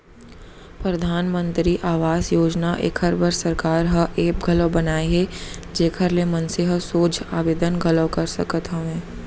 परधानमंतरी आवास योजना एखर बर सरकार ह ऐप घलौ बनाए हे जेखर ले मनसे ह सोझ आबेदन घलौ कर सकत हवय